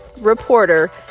reporter